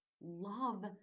love